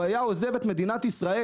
הוא היה עוזב את מדינת ישראל.